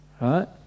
Right